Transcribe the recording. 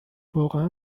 واقعا